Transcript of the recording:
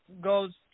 goes